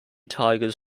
tigers